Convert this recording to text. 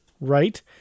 Right